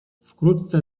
wkrótce